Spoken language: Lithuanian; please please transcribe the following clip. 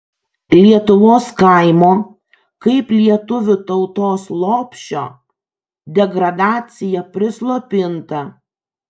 lietuvos kaimo kaip lietuvių tautos lopšio degradacija prislopinta